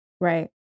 Right